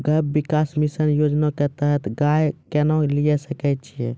गव्य विकास मिसन योजना के तहत गाय केना लिये सकय छियै?